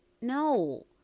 No